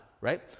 right